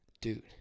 Dude